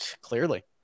Clearly